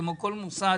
כמו כל מוסד